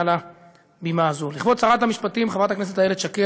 מעל הבימה הזאת: לכבוד שרת המשפטים חברת הכנסת איילת שקד,